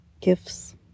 gifts